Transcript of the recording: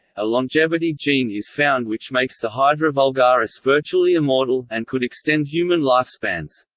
a longevity gene is found which makes the hydra vulgaris virtually immortal, and could extend human lifespans.